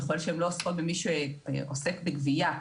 ככל שהן לא עוסקות במי שעוסק בגבייה,